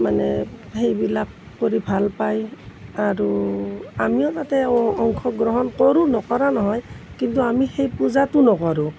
মানে সেইবিলাক কৰি ভাল পায় আৰু আমিও তাতে অংশগ্ৰহণ কৰোঁ নকৰা নহয় কিন্তু আমি সেই পূজাটো নকৰোঁ